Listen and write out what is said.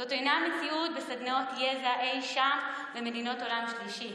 זאת אינה מציאות בסדנאות יזע אי שם במדינות עולם שלישי